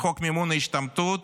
מימון ההשתמטות,